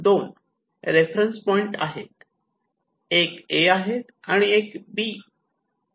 2 reference point आहेत एक 'A' आहे आणि एक 'बी'